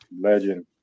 Legend